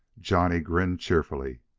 johnny grinned cheerfully.